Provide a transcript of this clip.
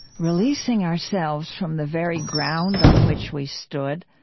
releasing ourselves from the very ground on which we stood